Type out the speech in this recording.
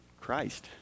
Christ